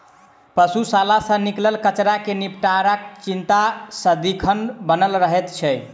पशुशाला सॅ निकलल कचड़ा के निपटाराक चिंता सदिखन बनल रहैत छै